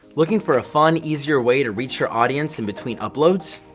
looking for a fun, easier way to reach your audience in between uploads?